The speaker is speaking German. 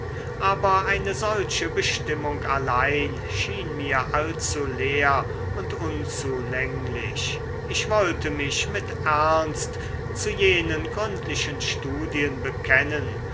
aber eine solche bestimmung allein schien mir allzu leer und unzulänglich ich wollte mich mit ernst zu jenen gründlichen studien bekennen